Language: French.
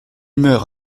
humeur